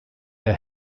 der